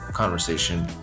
Conversation